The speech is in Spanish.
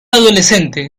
adolescente